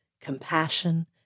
compassion